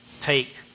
take